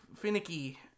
finicky